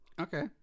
Okay